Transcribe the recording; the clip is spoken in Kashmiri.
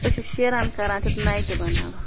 أسۍ چھِ شیران کران تہٕ نَیہِ تہِ بَناوان